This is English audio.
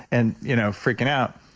and you know freaking out.